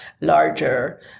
larger